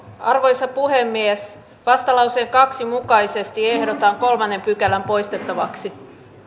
arvoisa puhemies vastalauseen kaksi mukaisesti ehdotan kolmatta pykälää poistettavaksi